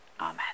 Amen